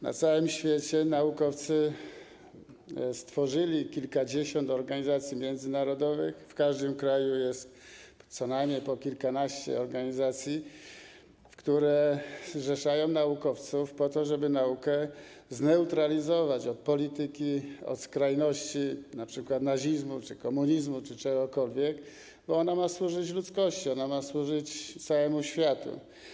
Na całym świecie naukowcy stworzyli kilkadziesiąt organizacji międzynarodowych, w każdym kraju jest co najmniej po kilkanaście organizacji, które zrzeszają naukowców po to, żeby naukę zneutralizować od polityki, od skrajności, np. nazizmu czy komunizmu, czy czegokolwiek, bo ona ma służyć ludzkości, ma służyć całemu światu.